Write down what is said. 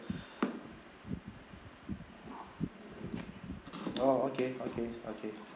orh okay okay okay